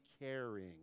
caring